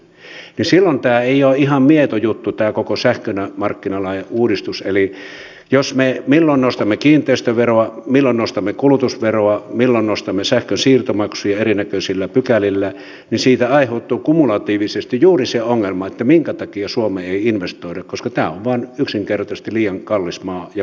silloin tämä koko sähkömarkkinalain uudistus ei ole ihan mieto juttu tää koko sähkön markkinalla ja eli milloin me nostamme kiinteistöveroa milloin nostamme kulutusveroa milloin nostamme sähkönsiirtomaksuja erinäköisillä pykälillä niin siitä aiheutuu kumulatiivisesti juuri se ongelma minkä takia suomeen ei investoida koska tämä on vain yksinkertaisesti liian kallis maa ja kulurakenteeltaan väärä